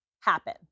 happen